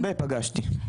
הרבה פגשתי.